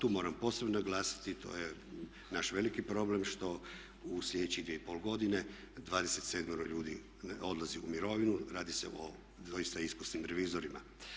Tu moram posebno naglasiti to je naš veliki problem što u slijedećih 2,5 godine 27 ljudi odlazi u mirovinu, radi se o doista iskusnim revizorima.